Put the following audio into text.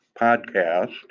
podcast